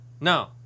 No